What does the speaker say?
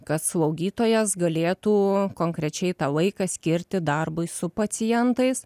kad slaugytojas galėtų konkrečiai tą laiką skirti darbui su pacientais